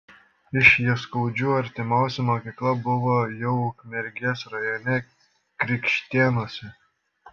iš jaskaudžių artimiausia mokykla buvo jau ukmergės rajone krikštėnuose